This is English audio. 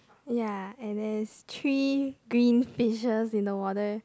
ya and there is three green fishes in the water